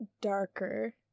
darker